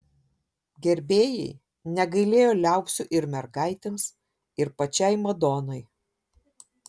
gerbėjai negailėjo liaupsių ir mergaitėms ir pačiai madonai